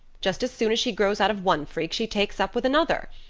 just as soon as she grows out of one freak she takes up with another.